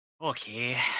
Okay